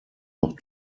noch